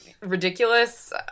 ridiculous